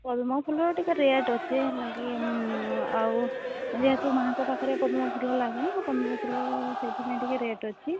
ପଦ୍ମ ଫୁଲ ଟିକେ ରେଟ୍ ଅଛି ହେଲା କି ଆଉ ଯେହେତୁ ମା'ଙ୍କ ପାଖରେ ପଦ୍ମ ଫୁଲ ଲାଗେ ନାଁ ପଦ୍ମ ଫୁଲ ସେଇଥିପାଇଁ ଟିକେ ରେଟ୍ ଅଛି